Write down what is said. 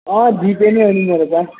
अँ जिपे नै हो नि मेरो त